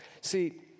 See